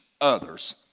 others